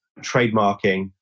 trademarking